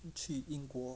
去英国